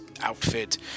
outfit